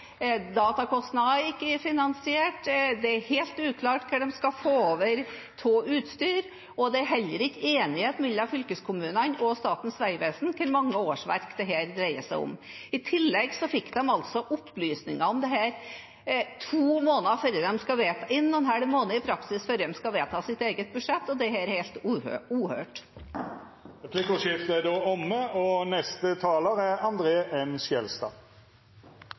Datakostnadene er ikke finansiert. Det er helt uklart hva de skal få av utstyr, og det er heller ikke enighet mellom fylkeskommunene og Statens vegvesen om hvor mange årsverk dette dreier seg om. I tillegg fikk de opplysninger om dette to – i praksis en og en halv – måneder før de skal vedta sitt eget budsjett, og det er helt uhørt. Replikkordskiftet er omme. Frihet for Venstre er å ha akkurat de samme mulighetene og